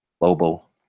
global